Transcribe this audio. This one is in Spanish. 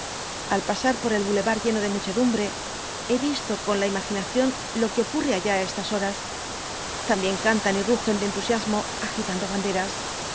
al pasar por el bulevar lleno de muchedumbre v blasco ibáñbz he visto con la imaginación lo que ocurre allá á estas horas también cantan y rugen de entusiasmo agitando banderas